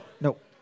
nope